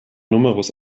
numerus